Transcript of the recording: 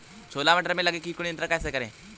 छोला मटर में लगे कीट को नियंत्रण कैसे करें?